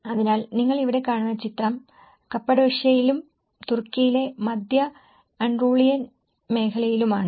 അതിനാൽ നിങ്ങൾ ഇവിടെ കാണുന്ന ചിത്രം കപ്പഡോഷ്യയിലും തുർക്കിയിലെ മധ്യ ആൻടോളിൻ മേഖലയിലുമാണ്